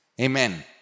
Amen